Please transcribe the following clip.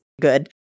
good